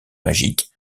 magiques